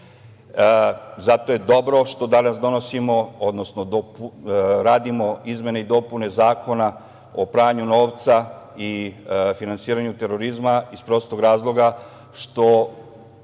Zato je dobro što danas donosimo, odnosno radimo izmene i dopune Zakona o pranju novca i finansiranju terorizma iz prostog razloga što